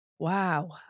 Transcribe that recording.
Wow